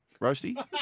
Roasty